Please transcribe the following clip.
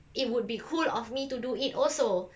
it would be cool of me to do it also